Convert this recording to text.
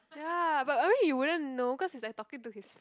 ya but only you wouldn't know cause is like talking to his